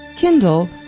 Kindle